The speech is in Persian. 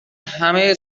همه